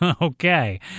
Okay